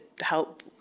help